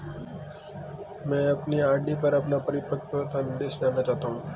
मैं अपने आर.डी पर अपना परिपक्वता निर्देश जानना चाहता हूं